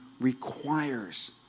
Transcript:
requires